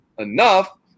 enough